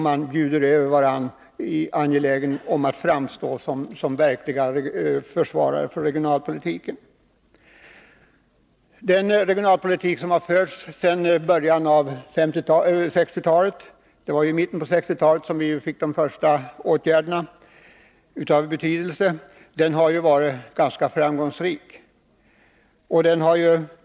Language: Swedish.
Man bjuder över varandra och är angelägen om att framstå som den verklige försvararen av regionalpolitiken. Den regionalpolitik som förts sedan början av 1960-talet — det var ju i mitten av 1960-talet som de första åtgärderna av betydelse vidtogs — har varit ganska framgångsrik.